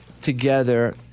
together